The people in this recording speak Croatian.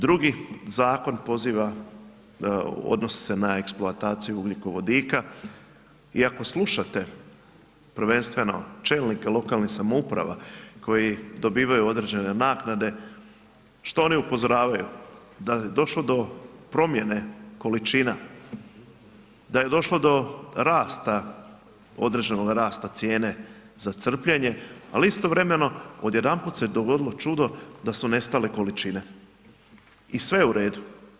Drugi zakon poziva, odnosi se na eksploataciju ugljikovodika i ako slušate prvenstveno čelnike lokalnih samouprava koji dobivaju određene naknade, što oni upozoravaju, da je došlo do promjene količina, da je došlo do rasta, određenog rasta cijene za crpljenje, ali istovremeno odjedanput se dogodilo čudo da su nestale količine i sve je u redu.